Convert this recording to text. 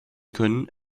können